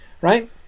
Right